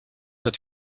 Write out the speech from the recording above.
het